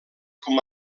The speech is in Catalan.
com